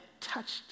touched